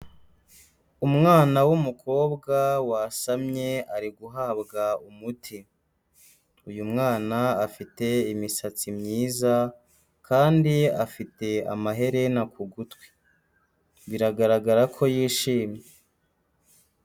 Umwana w'umukobwa wasamye ari guhabwa umuti. Uyu mwana afite imisatsi myiza kandi afite amaherena ku gutwi. Biragaragara ko yishimye.